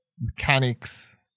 mechanics